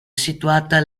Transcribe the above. situata